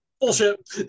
Bullshit